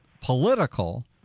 political